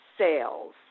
sales